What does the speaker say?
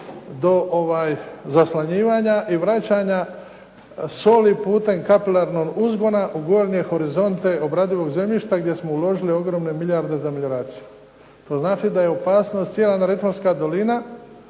do zaslanjivanja i vraćanja soli putem kapilarnog uzgona u gornje horizonte obradivog zemljišta, gdje smo uložili ogromne milijarde za melioraciju. To znači da je u opasnosti cijela Neretvanska dolina,